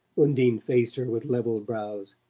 undine faced her with levelled brows.